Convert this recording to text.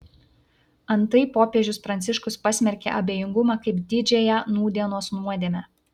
antai popiežius pranciškus pasmerkė abejingumą kaip didžiąją nūdienos nuodėmę